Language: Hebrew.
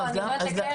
לא, אני אומרת לקרן.